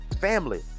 Family